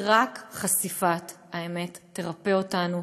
כי רק חשיפת האמת תרפא אותנו.